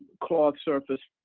clogged surface,